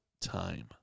time